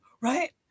right